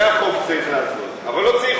צריך